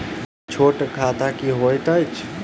छोट खाता की होइत अछि